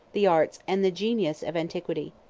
the arts, and the genius, of antiquity.